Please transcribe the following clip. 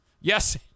Yes